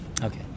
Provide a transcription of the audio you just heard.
Okay